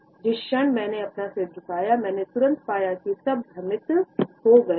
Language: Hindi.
जिस क्षण मैंने अपना सिर झुकाया मैंने तुरंत पाया की सब भ्रमित हो गया है